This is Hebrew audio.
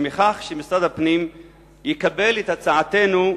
מכך שמשרד הפנים יקבל את הצעתנו,